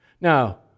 Now